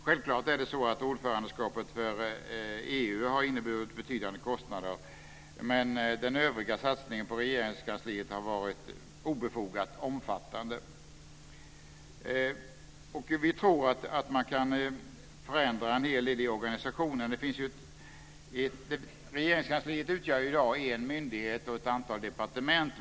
Självklart har ordförandeskapet för EU inneburit betydande kostnader, men den övriga satsningen på Regeringskansliet har varit obefogat omfattande. Vi tror att man kan förändra en hel del i organisationen. Regeringskansliet utgör i dag en myndighet med ett antal departement.